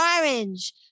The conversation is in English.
orange